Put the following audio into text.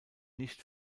nicht